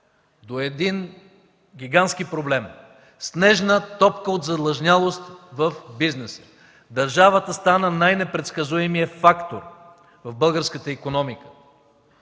до един гигантски проблем – снежна топка от задлъжнялост в бизнеса. Държавата стана най непредсказуемият фактор в българската икономика,